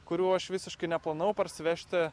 kurių aš visiškai neplanavau parsivežti